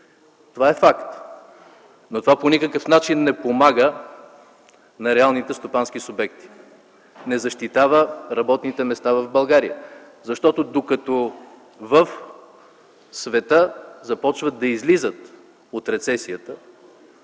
Това е факт, но по никакъв начин това не помага на реалните стопански субекти, не защитава работните места в България. Докато в света започват да излизат от рецесията,